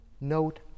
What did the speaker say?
note